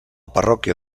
parròquia